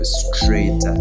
straight